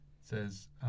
says